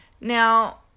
Now